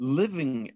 living